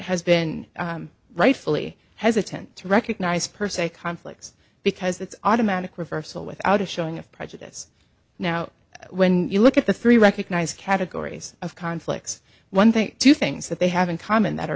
has been rightfully hesitant to recognize per se conflicts because that's automatic reversal without a showing of prejudice now when you look at the three recognized categories of conflicts one thing two things that they have in common that are